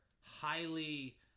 highly